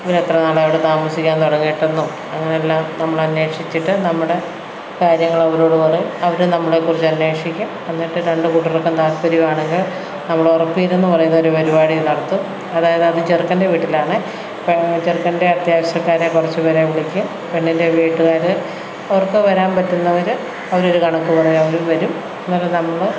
ഇവര് എത്ര നാള് അവിടെ താമസിക്കാൻ തുടങ്ങിയിട്ട് എന്നും അങ്ങനനെല്ലാം നമ്മള് അന്വേഷിച്ചിട്ട് നമ്മുടെ കാര്യങ്ങള് അവരോട് പറയും അവര് നമ്മളെക്കുറിച്ച് അന്വേഷിക്കും എന്നിട്ട് രണ്ട് കൂട്ടർക്കും താൽപര്യമാണെങ്കിൽ നമ്മള് ഉറപ്പീര് എന്നുപറയുന്നൊരു പരിപാടി നടത്തും അതായത് ആദ്യം ചെറുക്കൻ്റെ വീട്ടിലാണ് ചെറുക്കൻ്റെ അത്യാവശ്യക്കാരെ കുറച്ച് പേരെ വിളിക്കും പെണ്ണിൻ്റെ വീട്ടുകാര് അവർക്ക് വരാൻ പറ്റുന്നവര് അതിനൊരു കണക്ക് പറയും അവര് വരും എന്നിട്ട് നമ്മള്